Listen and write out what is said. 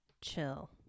chill